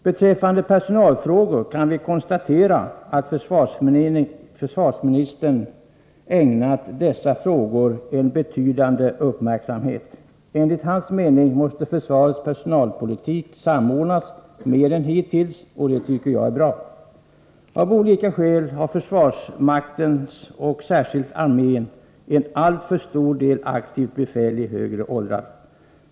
Beträffande personalfrågor kan vi konstatera att försvarsministern ägnat dessa frågor betydande uppmärksamhet. Han uttalar att försvarets personalpolitik samordnas mer än vad som hittills skett, och det tycker jag är bra. Av olika skäl har försvarsmakten, särskilt armén, en alltför stor del aktivt befäl i högre åldrar.